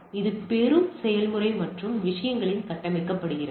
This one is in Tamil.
இது பெறும் செயல்முறை மற்றும் விஷயங்களில் கட்டமைக்கப்படுகிறது